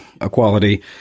equality